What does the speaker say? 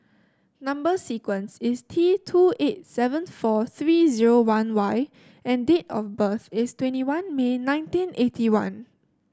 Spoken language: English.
number sequence is T two eight seven four three zero one Y and date of birth is twenty one May nineteen eighty one